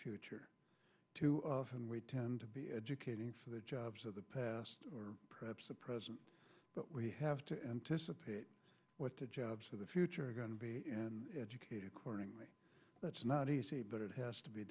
future too often we tend to be educating for the jobs of the past or perhaps the present but we have to anticipate what the jobs of the future are going to be an educated courting me that's not easy but it has to be